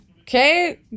Okay